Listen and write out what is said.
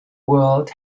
world